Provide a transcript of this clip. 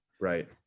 Right